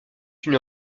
une